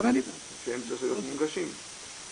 להיות מונגשים.